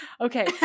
Okay